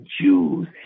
Jews